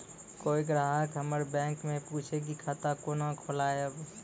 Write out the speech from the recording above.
कोय ग्राहक हमर बैक मैं पुछे की खाता कोना खोलायब?